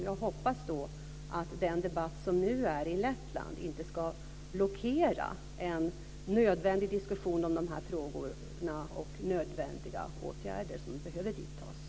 Jag hoppas att den debatt som nu är i Lettland inte ska blockera en nödvändig diskussion om de här frågorna och de nödvändiga åtgärder som behöver vidtas.